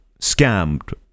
scammed